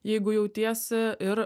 jeigu jautiesi ir